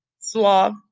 Slob